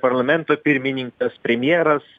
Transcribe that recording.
parlamento pirmininkas premjeras